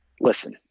listen